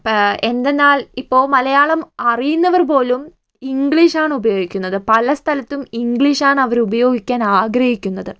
ഇപ്പം എന്തെന്നാൽ ഇപ്പൊൾ മലയാളം അറിയുന്നവർപ്പോലും ഇംഗ്ലീഷാണ് ഉപയോഗിക്കുന്നത് പല സ്ഥലത്തും ഇംഗ്ലീഷാണ് അവരുപയോഗിക്കാൻ ആഗ്രഹിക്കുന്നത്